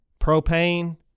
propane